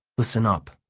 listen up.